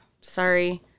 Sorry